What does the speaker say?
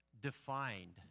defined